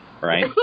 Right